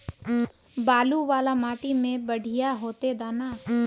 बालू वाला माटी में बढ़िया होते दाना?